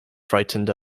frightened